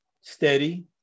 steady